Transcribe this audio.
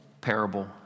parable